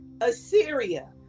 Assyria